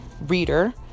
reader